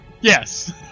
Yes